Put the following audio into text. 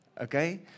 okay